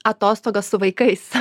atostogas su vaikais